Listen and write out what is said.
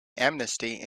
amnesty